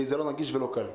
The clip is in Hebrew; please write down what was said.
כי זה לא נגיש וזה לא קל.